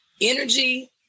Energy